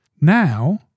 now